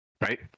right